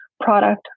product